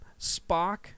Spock